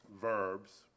verbs